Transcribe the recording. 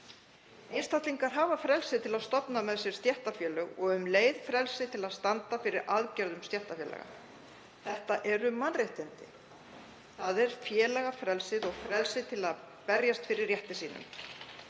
Einstaklingar hafa frelsi til að stofna með sér stéttarfélög og um leið frelsi til að standa fyrir aðgerðum stéttarfélaga. Þetta eru mannréttindi, félagafrelsið og frelsi til að berjast fyrir rétti sínum.